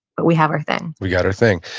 but we have our thing we got our thing.